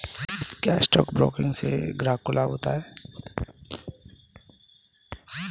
क्या stock broking से ग्राहक को लाभ होता है?